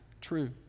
true